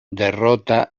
derrota